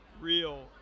real